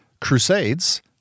Crusades